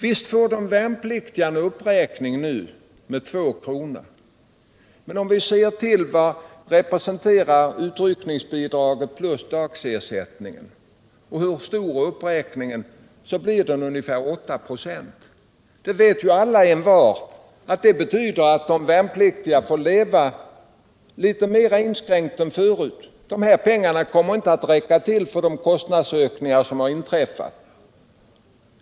Visst får de värnpliktiga nu en uppräkning med 2 kr., men om vi ser på vad utryckningsbidraget plus dagsersättningen utgör och hur stor uppräkningen är, finner vi att. den är ungefär 8 26. Alla och envar vet att det betyder att de värnpliktiga får leva litet mer inskränkt än förut. De här pengarna kommer inte att räcka till för de kostnadsökningar som har inträffat.